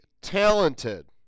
talented